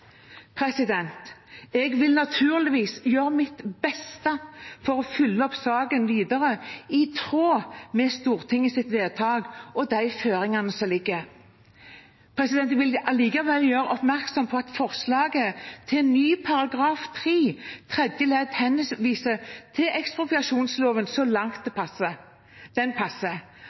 Jeg vil naturligvis gjøre mitt beste for å følge opp saken videre i tråd med Stortingets vedtak og de føringene som ligger her. Jeg vil allikevel gjøre oppmerksom på at forslaget til ny § 3 tredje ledd henviser til ekspropriasjonsloven så langt den passer.